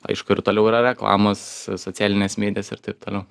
aišku ir toliau yra reklamos socialinės medijos ir taip toliau